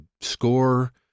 score